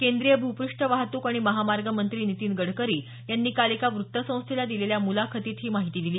केंद्रीय भूपृष्ठ वाहतूक आणि महामार्ग मंत्री नितीन गडकरी यांनी काल एका व्ततसंस्थेला दिलेल्या मुलाखतीत ही माहिती दिली